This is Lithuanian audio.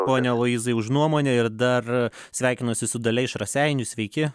pone aloyzai už nuomonę ir dar sveikinuosi su dalia iš raseinių sveiki